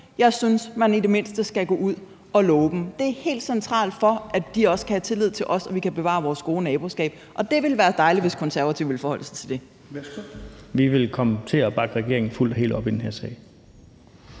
jeg synes man i det mindste skal gå ud og love dem. Det er helt centralt for, at de også kan have tillid til os, og at vi kan bevare vores gode naboskab, og det ville være dejligt, hvis Konservative ville forholde sig til det. Kl. 16:41 Tredje næstformand (Rasmus Helveg Petersen): Værsgo.